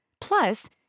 Plus